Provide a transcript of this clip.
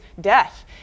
death